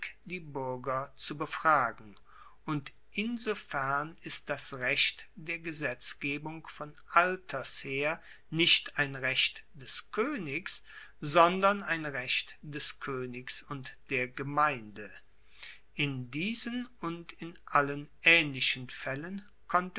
die buerger zu befragen und insofern ist das recht der gesetzgebung von alters her nicht ein recht des koenigs sondern ein recht des koenigs und der gemeinde in diesen und in allen aehnlichen faellen konnte